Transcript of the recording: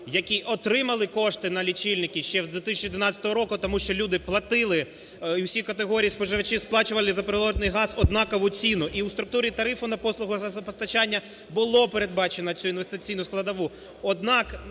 які отримали кошти на лічильники ще 2012 року, тому що люди платили, і всі категорії споживачів сплачували за природний газ однакову ціну. І у структурі тарифу на послуги газопостачання було передбачено цю інвестиційну складову,